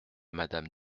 madame